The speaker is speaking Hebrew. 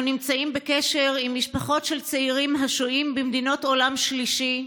אנו נמצאים בקשר עם משפחות של צעירים השוהים במדינות עולם שלישי.